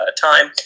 time